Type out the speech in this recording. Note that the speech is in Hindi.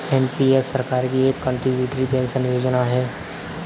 एन.पी.एस सरकार की एक कंट्रीब्यूटरी पेंशन योजना है